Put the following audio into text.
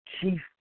chief